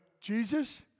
Jesus